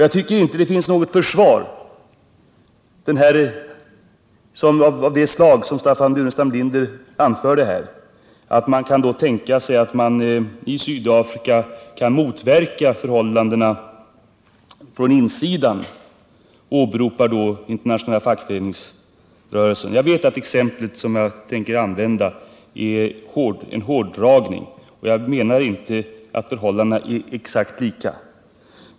Jag tycker inte det finns något försvar av det slag som Staffan Burenstam Linder anförde här, att det kan tänkas att man i Sydafrika kan motverka förhållandena från insidan — han åberopar då Fria fackföreningsinternationalen. Jag vet att det exempel som jag tänker anföra är en hårdragning, och jag menar inte att förhållandena är exakt lika.